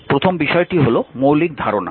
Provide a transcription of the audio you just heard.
প্রথম বিষয়টি হল মৌলিক ধারণা